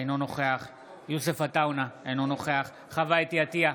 אינו נוכח יוסף עטאונה, אינו נוכח חוה אתי עטייה,